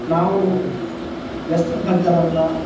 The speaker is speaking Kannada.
ನಾವು ವೆಸ್ಟರ್ನ್ ಕಲ್ಚರನ್ನು